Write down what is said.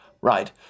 Right